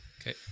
Okay